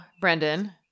Brendan